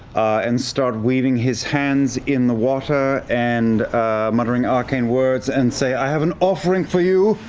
and start weaving his hands in the water, and muttering arcane words and say, i have an offering for you!